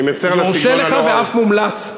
מורשה לך ואף מומלץ.